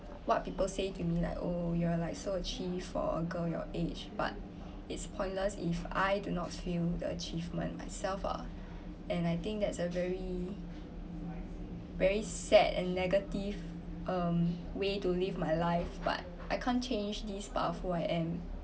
what people say to me like oh you're like so achieved for a girl your age but it's pointless if I do not feel the achievement myself ah and I think that's a very very sad and negative um way to live my life but I can't change these part of who I am